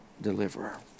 deliverer